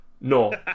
No